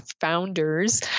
founders